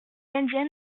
indiens